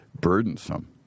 burdensome